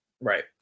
Right